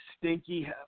stinky